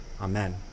Amen